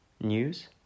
News